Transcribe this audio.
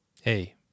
hey